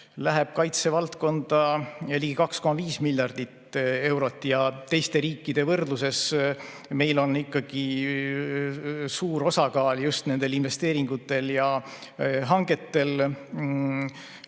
läheb kaitsevaldkonda ligi 2,5 miljardit eurot. Teiste riikidega võrdluses on meil ikkagi suur osakaal just nendel investeeringutel ja hangetel.